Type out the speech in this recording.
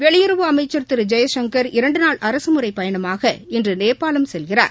வெளியுறவு அமைச்சர் திரு ஜெய்ஷங்கர் இரண்டு நாள் அரசுமுறைப் பயணமாக இன்று நேபாள் செல்கிறார்